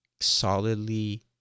solidly